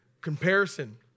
comparison